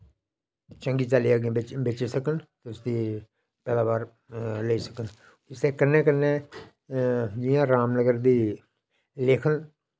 चंगी चाल्ली अग्गें बेची सकन उसदी पैदाबार लेई सकन इसदे कन्नै कन्नै जि'यां रामनगर दी लेखन